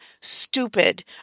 stupid